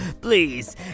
please